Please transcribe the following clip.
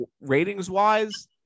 ratings-wise